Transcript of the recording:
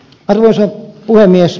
arvoisa puhemies